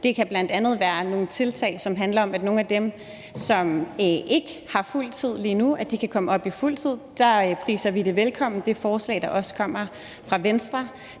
Det kan bl.a. være nogle tiltag, som handler om, at nogle af dem, der ikke lige nu er på fuld tid, kan komme på fuld tid. Der hilser vi det forslag velkommen, der kom fra Venstre.